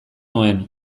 nuen